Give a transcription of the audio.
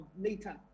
later